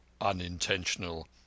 unintentional